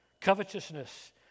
Covetousness